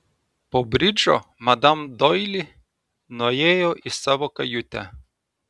po bridžo madam doili nuėjo į savo kajutę